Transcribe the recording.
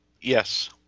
Yes